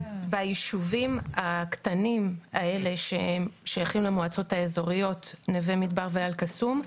בישובים הקטנים האלה שהם שייכים למועצות האזוריות נווה מדבר ואל קסום,